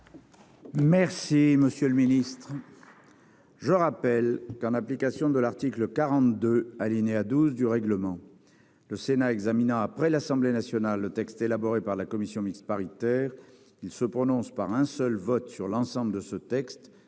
commission mixte paritaire. Je rappelle que, en application de l'article 42, alinéa 12, du règlement, le Sénat examinant après l'Assemblée nationale le texte élaboré par la commission mixte paritaire, il se prononce par un seul vote sur l'ensemble du texte